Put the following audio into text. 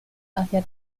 hacia